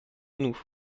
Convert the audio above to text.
nous